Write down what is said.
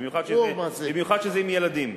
במיוחד כשזה עם ילדים.